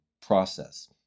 process